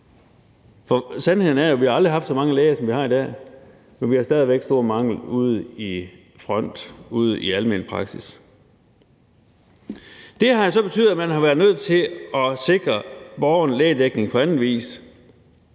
Sandheden er jo, at vi aldrig har haft så mange læger, som vi har i dag, men vi har stadig væk stor mangel ude i front, ude i almen praksis. Det har så betydet, at man har været nødt til at sikre borgerne lægedækning på anden vis.